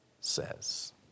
says